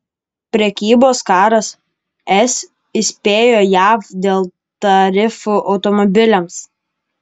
prekybos karas es įspėjo jav dėl tarifų automobiliams